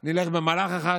נלך במהלך אחד,